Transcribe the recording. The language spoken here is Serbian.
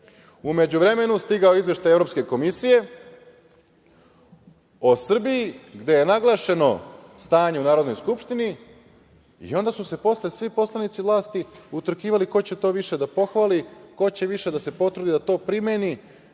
međuvremenu stigao je izveštaj Evropske komisije o Srbiji gde je naglašeno stanje u Narodnoj skupštini i onda su se svi poslanici vlasti utrkivali ko će to više da pohvali, ko će više da se potrudi da to primeni